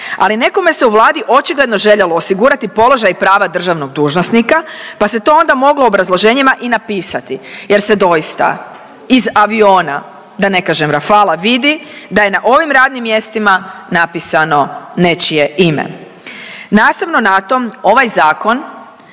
ali nekome se u Vladi očigledno željelo osigurati položaj i prava državnog dužnosnika, pa se to onda moglo u obrazloženjima i napisati jer se doista iz aviona, da ne kažem Rafalea vidi da je na ovim radnim mjestima napisano nečije ime. Nastavno na to ovaj zakon